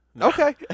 Okay